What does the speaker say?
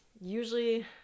usually